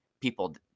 people